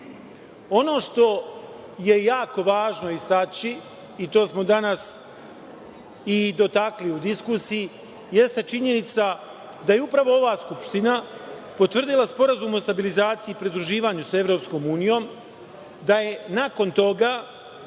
što je jako važno istaći, i to smo danas i dotakli u diskusiji, jeste činjenica da je upravo ova Skupština, potvrdila Sporazum o stabilizaciji i pridruživanju sa Evropskom unijom, da je nakon toga